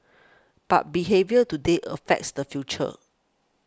but behaviour today affects the future